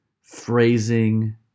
phrasing